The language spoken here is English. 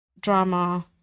drama